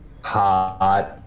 Hot